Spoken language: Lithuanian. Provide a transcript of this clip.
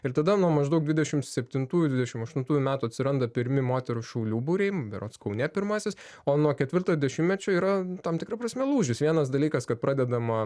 ir tada nuo maždaug dvidešim septintųjų dvidešim aštuntųjų metų atsiranda pirmi moterų šaulių būriai berods kaune pirmasis o nuo ketvirtojo dešimtmečio yra tam tikra prasme lūžis vienas dalykas kad pradedama